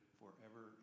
forever